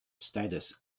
status